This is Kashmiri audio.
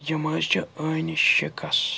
یِم حظ چھِ أنہِ شِکَس